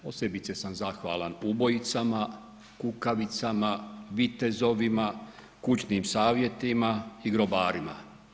Posebice sam zahvalan ubojicama, kukavicama, vitezovima, kućnim savjetima i grobarima.